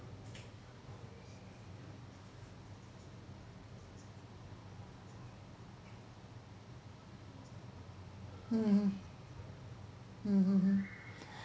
mmhmm mm mm mm